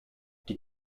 die